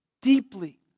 deeply